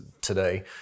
today